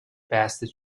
passed